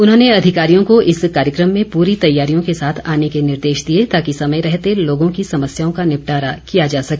उन्होंने अधिकारियों को इस कार्यक्रम में पूरी तैयारियों के साथ आने के निर्देश दिए ताकि समय रहते लोगों की समस्याओं का निपटारा किया जा सके